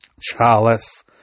chalice